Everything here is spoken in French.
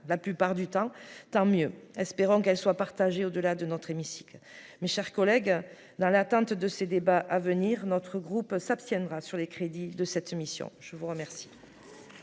la plupart du temps, tant mieux, espérons qu'elles soient partagées au-delà de notre hémicycle, mes chers collègues dans l'atteinte de ces débats à venir, notre groupe s'abstiendra sur les crédits de cette mission, je vous remercie.